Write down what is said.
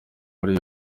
muri